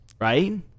right